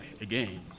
again